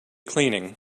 cleaning